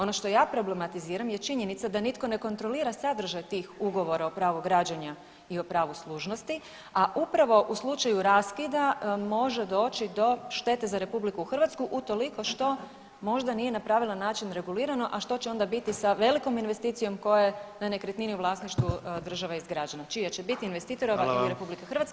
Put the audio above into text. Ono što ja problematiziram je činjenica da nitko ne kontrolira sadržaj tih ugovora o pravu građenja i o pravu služnosti, a upravo u slučaju raskida može doći do štete za RH utoliko što možda nije napravila način regulirano, a što će onda biti sa velikom investicijom koja je na nekretnini u vlasništvu države izgrađena, čija će biti investitorova ili RH i koja dalje sanira štetu.